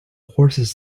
horses